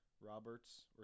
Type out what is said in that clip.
Roberts